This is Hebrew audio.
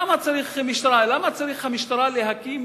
למה צריכה המשטרה להקים